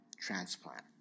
transplant